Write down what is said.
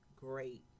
great